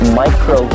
micro